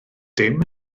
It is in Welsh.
dim